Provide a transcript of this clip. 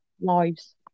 Lives